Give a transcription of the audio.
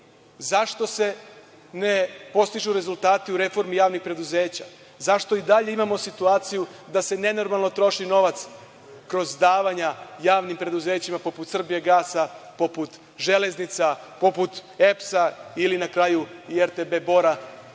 zašto se ne postižu rezultati u reformi javnih preduzeća, zašto i dalje imamo situaciju da se nenormalno troši novac kroz davanja javnim preduzećima poput „Srbijagasa“, poput „Železnica“, poput EPS ili na kraju RTB „Bora“,